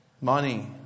money